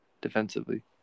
Defensively